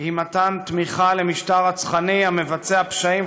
היא מתן תמיכה למשטר רצחני המבצע פשעים